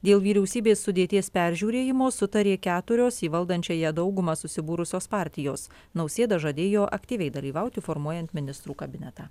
dėl vyriausybės sudėties peržiūrėjimo sutarė keturios į valdančiąją daugumą susibūrusios partijos nausėda žadėjo aktyviai dalyvauti formuojant ministrų kabinetą